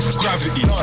gravity